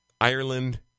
Ireland